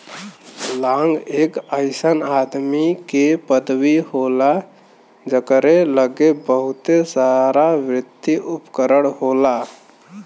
लांग एक अइसन आदमी के पदवी होला जकरे लग्गे बहुते सारावित्तिय उपकरण होला